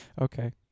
Okay